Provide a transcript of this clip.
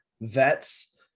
vets